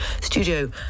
studio